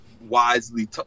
wisely